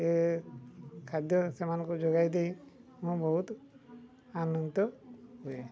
ଏ ଖାଦ୍ୟ ସେମାନଙ୍କୁ ଯୋଗାଇ ଦେଇ ମୁଁ ବହୁତ ଆନନ୍ଦିତ ହୁଏ